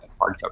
hardcover